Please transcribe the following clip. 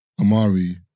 Amari